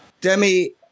Demi